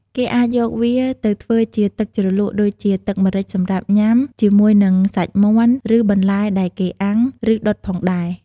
គេអាចយកវាទៅធ្វើជាទឹកជ្រលក់ដូចជាទឹកម្រេចសម្រាប់ញ៉ាំ ជាមួយនិងសាច់មាន់ ឬបន្លែដែលគេអាំង ឬដុតផងដែរ។